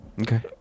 okay